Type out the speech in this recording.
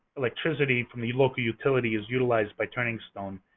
electricity from the local utility is utilized by turning stone.